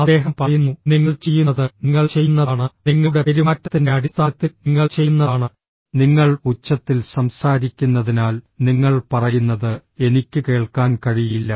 അദ്ദേഹം പറയുന്നു നിങ്ങൾ ചെയ്യുന്നത് നിങ്ങൾ ചെയ്യുന്നതാണ് നിങ്ങളുടെ പെരുമാറ്റത്തിന്റെ അടിസ്ഥാനത്തിൽ നിങ്ങൾ ചെയ്യുന്നതാണ് നിങ്ങൾ ഉച്ചത്തിൽ സംസാരിക്കുന്നതിനാൽ നിങ്ങൾ പറയുന്നത് എനിക്ക് കേൾക്കാൻ കഴിയില്ല